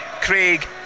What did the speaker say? Craig